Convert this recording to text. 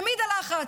תמיד הלחץ,